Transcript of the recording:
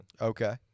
Okay